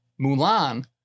Mulan